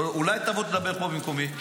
אולי תבוא תדבר פה במקומי?